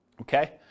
Okay